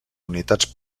unitats